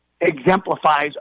exemplifies